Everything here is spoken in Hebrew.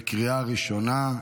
בקריאה ראשונה.